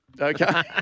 Okay